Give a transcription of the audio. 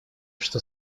что